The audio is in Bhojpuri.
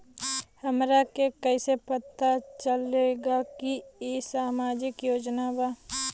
हमरा के कइसे पता चलेगा की इ सामाजिक योजना बा?